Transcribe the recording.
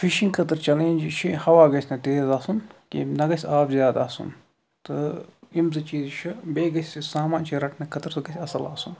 fishing خٲطرٕ چھِ challenge یہِ چھُ ہوا گَژھِ نہٕ تیز آسُن کیٚنٛہہ نہَ گَژھِ آب زیادٕ آسُن تہٕ یم زٕ چیٖز چھِ بیٚیہِ گَژھِ یہِ سامان چھُ رَٹنہٕ خٲطرٕ سُہ گَژھِ اصٕل آسُن